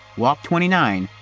walk twenty nine,